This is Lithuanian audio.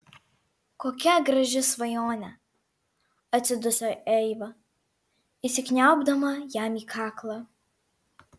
kokia graži svajonė atsiduso eiva įsikniaubdama jam į kaklą